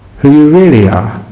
who you really are.